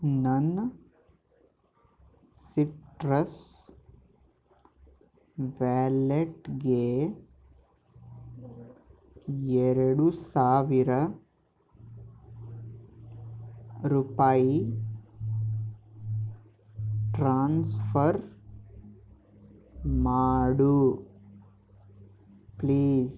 ನನ್ನ ಸಿಟ್ರಸ್ ವ್ಯಾಲೆಟ್ಗೆ ಎರಡು ಸಾವಿರ ರೂಪಾಯಿ ಟ್ರಾನ್ಸ್ಫರ್ ಮಾಡು ಪ್ಲೀಸ್